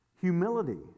humility